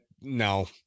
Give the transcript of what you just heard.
No